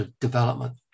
development